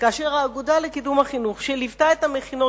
כאשר האגודה לקידום החינוך שליוותה את המכינות